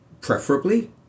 preferably